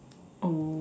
oh